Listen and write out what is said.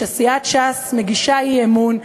כשסיעת ש"ס מגישה אי-אמון,